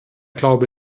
glaube